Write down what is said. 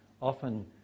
often